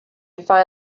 find